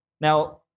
Now